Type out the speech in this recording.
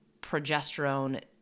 progesterone